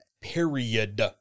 period